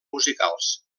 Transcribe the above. musicals